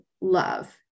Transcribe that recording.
love